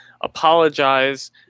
Apologize